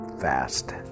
fast